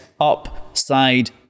upside